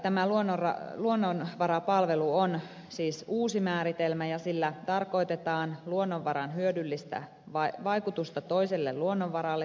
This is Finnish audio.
tämä luonnonvarapalvelu on siis uusi käsite ja sillä tarkoitetaan luonnonvaran hyödyllistä vaikutusta toiseen luonnonvaraan tai ihmisiin